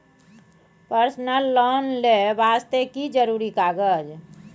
Personal loan ले वास्ते की जरुरी कागज?